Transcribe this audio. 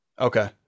Okay